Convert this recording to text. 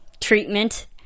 treatment